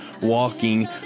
walking